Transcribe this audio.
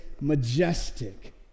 majestic